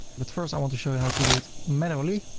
but first, i want to show you how to do it manually.